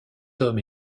homme